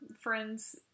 friends